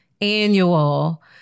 annual